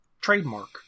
trademark